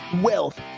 wealth